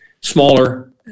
smaller